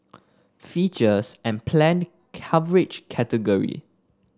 features and planned coverage category